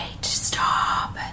Stop